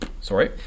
sorry